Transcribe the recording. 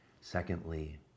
secondly